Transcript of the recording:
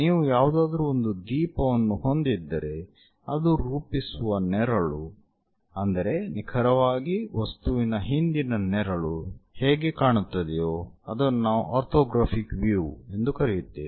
ನೀವು ಯಾವುದಾದರೂ ಒಂದು ದೀಪವನ್ನು ಹೊಂದಿದ್ದರೆ ಅದು ರೂಪಿಸುವ ನೆರಳು ಅಂದರೆ ನಿಖರವಾಗಿ ವಸ್ತುವಿನ ಹಿಂದಿನ ನೆರಳು ಹೇಗೆ ಕಾಣುತ್ತದೆಯೋ ಅದನ್ನು ನಾವು ಆರ್ಥೋಗ್ರಾಫಿಕ್ ವ್ಯೂ ಎಂದು ಕರೆಯುತ್ತೇವೆ